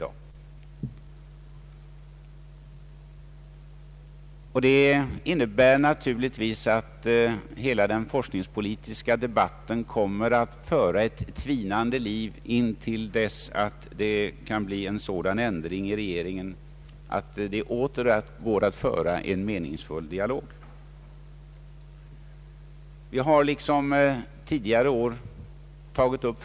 Allt detta innebär naturligtvis att den forskningspolitiska debatten kommer att föra ett tynande liv till dess att en sådan ändring kan komma till stånd inom regeringen att det åter går att föra en meningsfull dialog. Vi har liksom tidigare år tagit upp Ang.